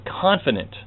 confident